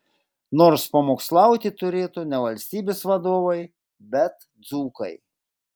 nors pamokslauti turėtų ne valstybės vadovai bet dzūkai